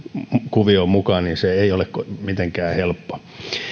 kuvioon mukaan niin se ei ole mitenkään helppoa